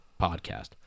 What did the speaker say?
podcast